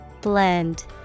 Blend